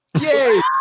Yay